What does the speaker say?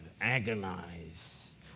agonize